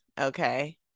Okay